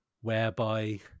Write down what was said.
whereby